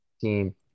team